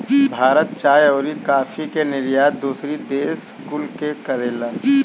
भारत चाय अउरी काफी के निर्यात दूसरी देश कुल के करेला